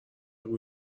بگو